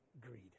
Greed